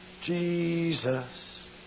Jesus